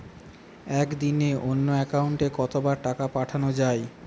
একদিনে অন্য একাউন্টে কত বার টাকা পাঠানো য়ায়?